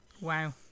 wow